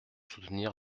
soutenir